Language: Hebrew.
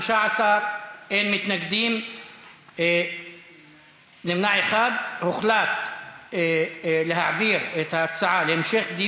התשע"ו 2016. ההצעה להעביר את הצעת חוק